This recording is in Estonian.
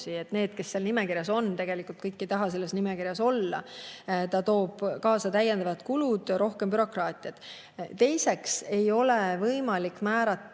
Need, kes seal nimekirjas on, tegelikult kõik ei taha selles nimekirjas olla. See toob kaasa täiendavad kulud ja rohkem bürokraatiat. Teiseks ei ole võimalik määrata